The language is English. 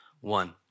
one